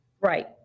Right